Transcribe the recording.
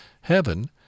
heaven